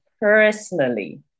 personally